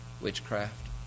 witchcraft